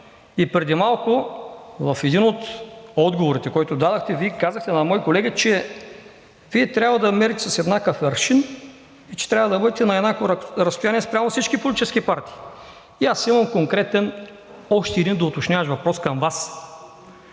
Преди малко в един от отговорите, който дадохте, Вие казахте на мой колега, че Вие трябва да мерите с еднакъв аршин и че трябва да бъдете на еднакво разстояние спрямо всички политически партии. И аз имам още един конкретен, доуточняващ въпрос към Вас.